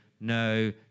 no